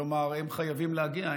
כלומר, הם חייבים להגיע.